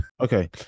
Okay